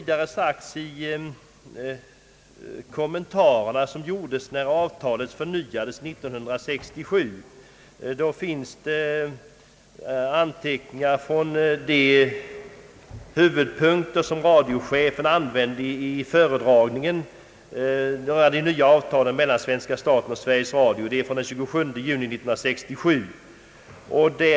Det finns också anteckningar från de huvudpunkter som radiochefen anförde vid föredragningen rörande det nya avtalet av den 27 juni 1967 då avtalet mellan staten och Sveriges Radio förnyades.